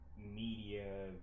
media